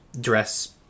dress